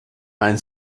ein